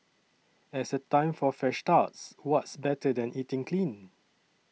as a time for fresh starts what's better than eating clean